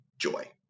Joy